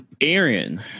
Aaron